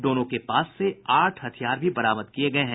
दोनों के पास से आठ हथियार भी बरामद किये गये हैं